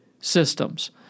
systems